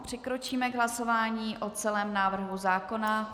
Přikročíme k hlasování o celém návrhu zákona.